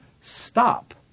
Stop